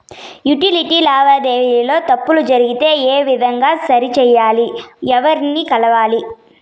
Utility లావాదేవీల లో తప్పులు జరిగితే ఏ విధంగా సరిచెయ్యాలి? ఎవర్ని కలవాలి?